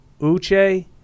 Uche